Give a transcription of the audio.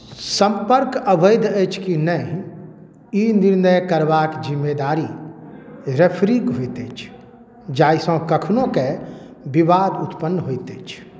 सम्पर्क अवैध अछि कि नहि ई निर्णय करबाके जिम्मेदारी रेफरीके होइत अछि जाहिसँ कखनोके विवाद उत्पन्न होइत अछि